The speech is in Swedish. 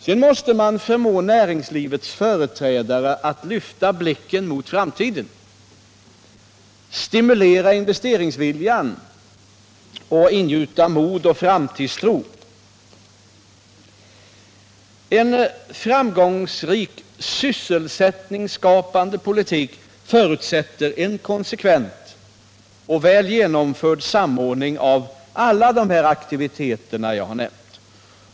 Sedan måste man förmå näringslivets företrädare att lyfta blicken mot framtiden, stimulera investeringsviljan och ingjuta mod och framtidstro. En framgångsrik sysselsättningsskapande politik förutsätter en konsekvent och väl genomförd samordning av alla de aktiviteter jag här nämnt.